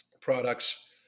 products